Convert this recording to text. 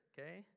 okay